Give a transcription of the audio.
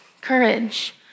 courage